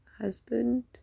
husband